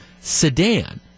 sedan